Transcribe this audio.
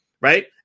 right